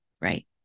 Right